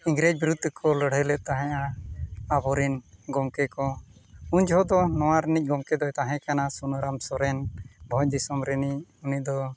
ᱤᱝᱨᱮᱡᱽ ᱵᱤᱨᱩᱫ ᱨᱮᱠᱚ ᱞᱟᱹᱲᱦᱟᱹᱭ ᱞᱮᱫ ᱛᱟᱦᱮᱸᱫ ᱟᱵᱚᱨᱮᱱ ᱜᱚᱢᱠᱮ ᱠᱚ ᱩᱱ ᱡᱚᱦᱚᱜ ᱫᱚ ᱱᱚᱣᱟ ᱨᱤᱱᱤᱡ ᱜᱚᱢᱠᱮ ᱫᱚᱭ ᱛᱟᱦᱮᱸ ᱠᱟᱱᱟ ᱥᱩᱱᱟᱹᱨᱟᱢ ᱥᱚᱨᱮᱱ ᱵᱷᱚᱸᱡᱽ ᱫᱤᱥᱚᱢ ᱨᱤᱱᱤᱡ ᱩᱱᱤ ᱫᱚ